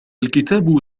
الكتاب